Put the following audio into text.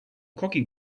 cocky